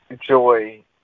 joy